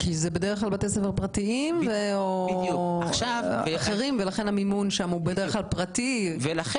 כי זה בדרך כלל בתי ספר פרטיים ולכן המימון של הוא פרטי ויקר.